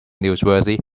newsworthy